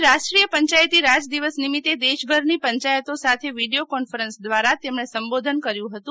આજે રાષ્ટીય પંચાયતીરાજ દિવસનિમિતે દેશભરની પંચાયતો સાથે વિડીયો કોન્ફરન્સ દવારા તમણ સંબોધન કર્યું હતું